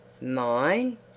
Mine